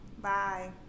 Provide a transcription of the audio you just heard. Bye